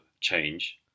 change